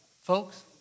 Folks